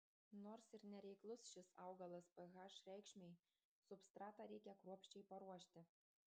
nors ir nereiklus šis augalas ph reikšmei substratą reikia kruopščiai paruošti